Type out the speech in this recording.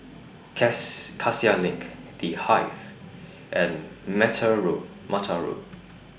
Cassia LINK The Hive and Road Mattar Road